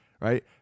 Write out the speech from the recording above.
Right